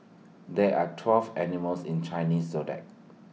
there are twelve animals in Chinese Zodiac